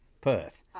Perth